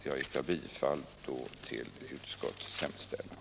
Jag yrkar bifall till utskottets hemställan.